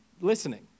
listening